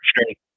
straight